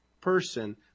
person